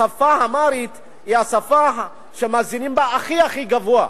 השפה האמהרית היא השפה ששיעור המאזינים לה הוא הכי הכי גבוה,